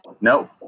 no